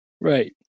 Right